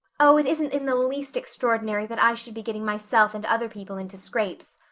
oh, it isn't in the least extraordinary that i should be getting myself and other people into scrapes,